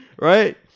Right